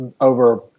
over